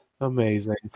Amazing